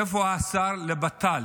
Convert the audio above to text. איפה השר לבט"ל?